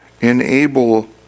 enable